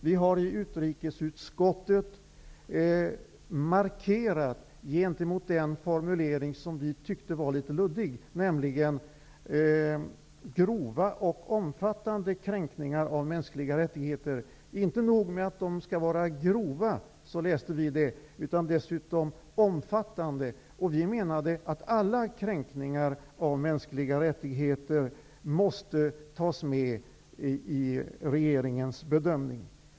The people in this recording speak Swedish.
Vi har i utrikesutskottet gjort en markering gentemot den formulering som vi tyckte var litet luddig, nämligen ''grova och omfattande kränkningar av mänskliga rättigheter''. Vi läste det som att det inte är nog med att kränkningarna skall vara grova, de skall dessutom vara omfattande. Vi menade att alla kränkningar av mänskliga rättigheter måste tas med i regeringens bedömning.